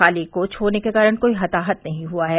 खाली कोच होने के कारण कोई हताहत नहीं हुआ है